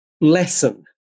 lesson